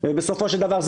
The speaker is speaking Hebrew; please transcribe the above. בסופו של דבר,